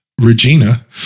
Regina